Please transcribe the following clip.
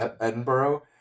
Edinburgh